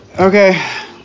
Okay